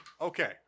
Okay